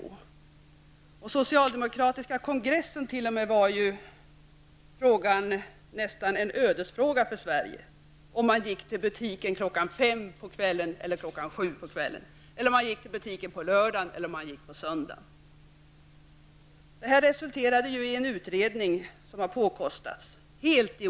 T.o.m. på den socialdemokratiska kongressen framstod den här frågan nästan som en ödesfråga för Sverige. Vad debatten gällde var om man skulle gå till butiken kl. 17.00 eller kl. 19.00 på kvällen eller om man skulle gå på lördagar eller söndagar. Resultatet av allt detta blev att man kostade på en utredning -- helt i onödan, skulle jag vilja säga.